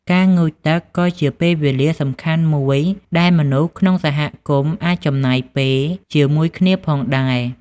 ការងូតទឹកក៏ជាពេលវេលាសំខាន់មួយដែលមនុស្សក្នុងសហគមន៍អាចចំណាយពេលជាមួយគ្នាផងដែរ។